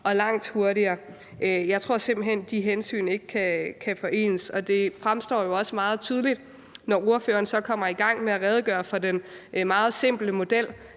og langt hurtigere. Jeg tror simpelt hen ikke, de hensyn kan forenes. Det fremstår jo også meget tydeligt, når ordføreren så kommer i gang med at redegøre for den meget simple model,